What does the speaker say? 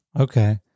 Okay